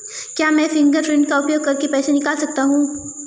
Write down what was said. क्या मैं फ़िंगरप्रिंट का उपयोग करके पैसे निकाल सकता हूँ?